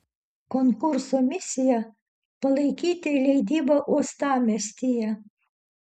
konkurso misija palaikyti leidybą uostamiestyje